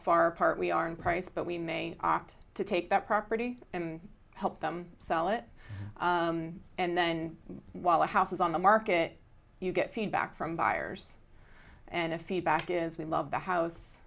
far apart we are in price but we may opt to take that property and help them sell it and then while the house is on the market you get feedback from buyers and a feedback is they love the house